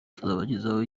tuzabagezaho